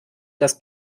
das